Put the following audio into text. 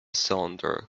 cylinder